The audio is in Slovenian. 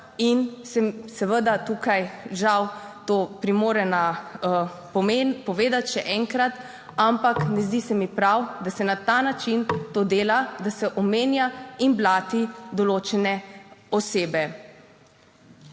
(nadaljevanje) žal to primorana, pomen, povedati še enkrat, ampak ne zdi se mi prav, da se na ta način to dela, da se omenja in blati določene osebe.